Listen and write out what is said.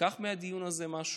ייקח מהדיון הזה משהו,